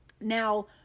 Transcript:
Now